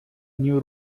new